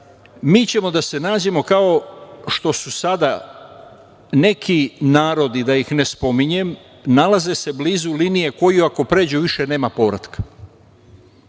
mi ćemo da se nađemo kao što su sada neki narodi, da ih ne spominjem, nalaze se blizu linije, koju, ako pređu, više nema povratka. Postoji